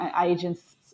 agents